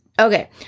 Okay